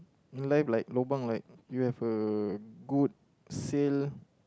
you like like lobang like you have a good sale